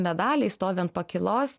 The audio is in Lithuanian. medaliais stovi ant pakylos